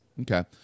Okay